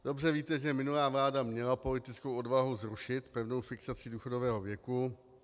Dobře víte, že minulá vláda měla politickou odvahu zrušit pevnou fixaci důchodového věku.